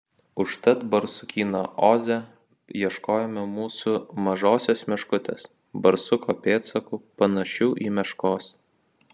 užtat barsukyno oze ieškojome mūsų mažosios meškutės barsuko pėdsakų panašių į meškos